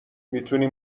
میتونی